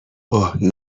اوه